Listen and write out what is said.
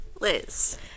Liz